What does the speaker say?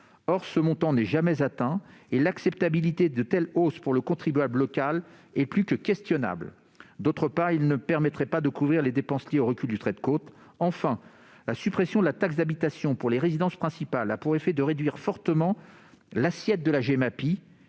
Or ce montant n'est jamais atteint et l'acceptabilité de telles hausses par le contribuable local est plus qu'incertaine, d'autant que cela ne permettrait pas de couvrir les dépenses liées au recul du trait de côte. Enfin, la suppression de la taxe d'habitation pour les résidences principales a pour effet de réduire fortement l'assiette de la taxe